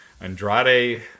Andrade